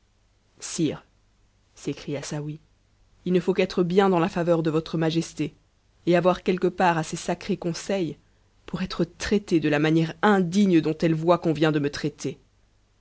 sire s'écria saouy il ne faut atre bien dans la faveur de votre majesté et avoir quelque part a ses cics consei s pour être traité de la manière indigne dont elle voit qu'on icnt de me traiter